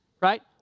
right